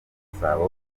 gasabo